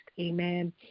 Amen